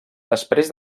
després